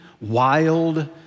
wild